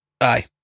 Aye